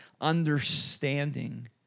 understanding